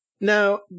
now